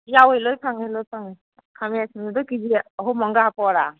ꯌꯥꯎꯏ ꯂꯣꯏ ꯐꯪꯏ ꯂꯣꯏ ꯐꯪꯏ ꯈꯥꯃꯦꯟ ꯑꯁꯤꯟꯕꯤꯗꯨ ꯀꯦꯖꯤ ꯑꯍꯨꯝ ꯑꯃꯒ ꯍꯥꯞꯄꯛꯑꯣꯔꯥ